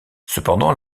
cependant